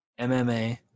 mma